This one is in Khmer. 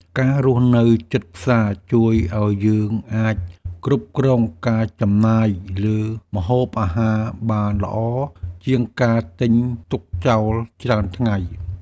ការរស់នៅជិតផ្សារជួយឱ្យយើងអាចគ្រប់គ្រងការចំណាយលើម្ហូបអាហារបានល្អជាងការទិញទុកចោលច្រើនថ្ងៃ។